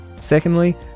Secondly